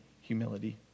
humility